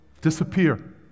Disappear